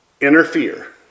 interfere